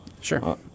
Sure